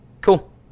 Cool